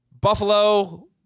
Buffalo